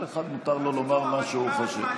כל אחד מותר לו לומר מה שהוא חושב.